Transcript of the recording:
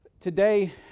Today